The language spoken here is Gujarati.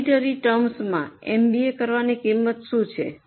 માનટેરી ટમ્સમા એમબીએ કરવાની કિંમત શું છે